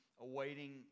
awaiting